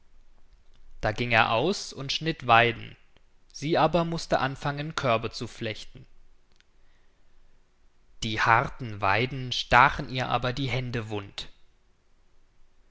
da ging er aus und schnitt weiden sie aber mußte anfangen körbe zu flechten die harten weiden stachen ihr aber die hände wund